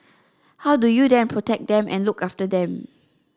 how do you then protect them and look after them